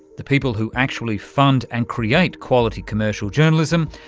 the people who actually fund and create quality commercial journalism,